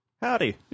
Howdy